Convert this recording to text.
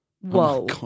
Whoa